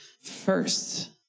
first